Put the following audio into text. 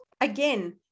again